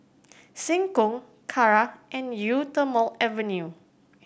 Seng Choon Kara and Eau Thermale Avene